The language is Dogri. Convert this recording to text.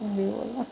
हून केह् बोलां